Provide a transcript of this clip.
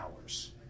hours